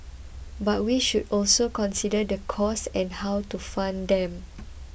but we should also consider the costs and how to fund them